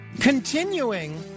Continuing